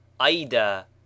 aida